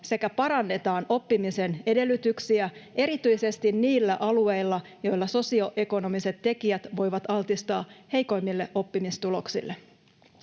sekä parannetaan oppimisen edellytyksiä erityisesti niillä alueilla, joilla sosioekonomiset tekijät voivat altistaa heikoimmille oppimistuloksille.